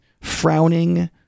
frowning